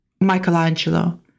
Michelangelo